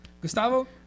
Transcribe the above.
Gustavo